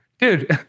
dude